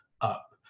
up